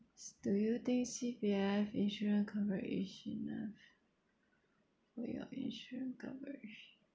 s~ do you think C_P_F insurance coverage is enough way of insurance coverage